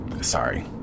Sorry